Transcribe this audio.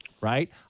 right